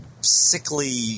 sickly